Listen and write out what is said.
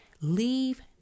Leave